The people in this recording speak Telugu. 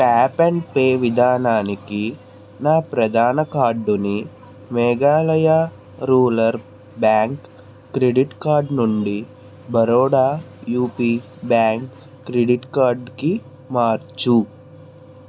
ట్యాప్ అండ్ పే విధానానికి నా ప్రధాన కార్డుని Meghalaya rural bank credit card నుండి బరోడా యూపీ బ్యాంక్ క్రెడిట్ కార్డుకి మార్చుము